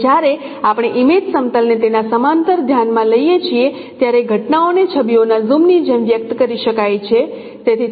અને જ્યારે આપણે ઇમેજ સમતલને તેમના સમાંતર ધ્યાનમાં લઈએ છીએ ત્યારે ઘટનાઓને છબીઓના ઝૂમ ની જેમ વ્યક્ત કરી શકાય છે